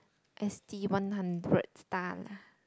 S_T one hundred star lah